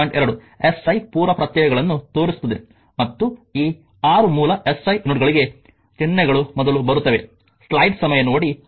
2 SI ಪೂರ್ವಪ್ರತ್ಯಯಗಳನ್ನು ತೋರಿಸುತ್ತದೆ ಮತ್ತು ಈ 6 ಮೂಲ ಎಸ್ಐ ಯೂನಿಟ್ಗಳಿಗೆ ಚಿಹ್ನೆಗಳು ಮೊದಲು ಬರುತ್ತವೆ